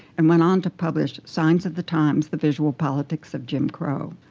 and went on to publish signs of the times the visual politics of jim crow.